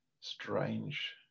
strange